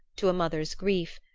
to a mother's grief,